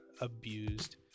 abused